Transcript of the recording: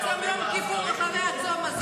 אני מציעה לך להתחיל את צום יום כיפור אחרי הצום הזה.